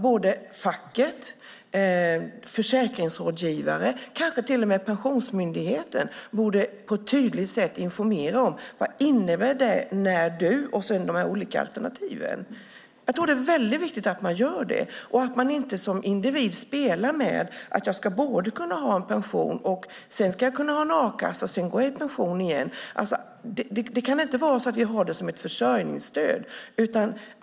Både facket, försäkringsrådgivare och kanske till och med Pensionsmyndigheten borde på ett tydligt sätt informera om vad de olika alternativen innebär. Jag tror att det är väldigt viktigt att man gör det och att man inte som individ spelar med att ha först pension, sedan a-kassa och sedan gå i pension igen. Vi kan inte ha det som ett försörjningsstöd.